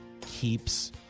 keeps